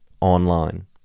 online